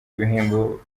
ibihembo